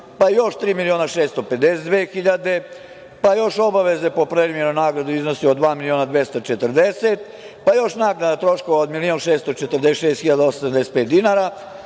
pa još 3.652.000, pa još obaveze po preliminarnoj nagradi u iznosu od 2.240.000, pa još naknada troškova od 1.646.875 dinara,